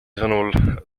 sõnul